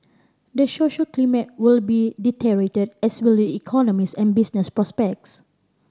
the social climate will be deteriorate as will the economies and business prospects